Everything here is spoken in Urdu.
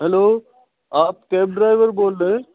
ہیلو آپ کیب ڈرائیور بول رہے ہیں